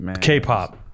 K-pop